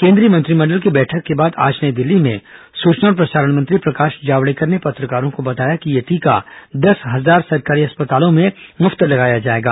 केन्द्रीय मंत्रिमंडल की बैठक के बाद आज नई दिल्ली में सूचना और प्रसारण मंत्री प्रकाश जावड़ेकर ने पत्रकारों को बताया कि यह टीका दस हजार सरकारी अस्पतालों में मुफ्त लगाया जाएगा